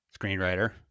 screenwriter